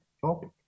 topic